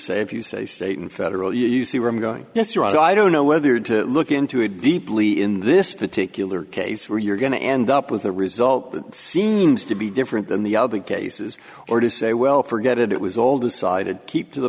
say if you say state and federal you see where i'm going this year i don't know whether to look into it deeply in this particular case where you're going to end up with a result that seems to be different than the other cases or to say well forget it it was all decided keep to the